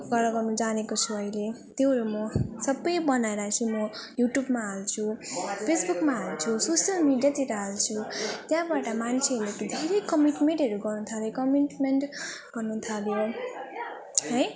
colour गर्नु जानेको छु अहिले त्योहरू म सबै बनाएर चाहिँ म युट्युबमा हाल्छु फेसबुकमा हाल्छु सोसियल मिडियातिर हाल्छु त्यहाँबाट मान्छेहरूले धेरै कमिटमेन्टहरू गर्नुथाले कमिटमेन्ट गर्नु थाल्यो है